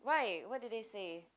why what did they say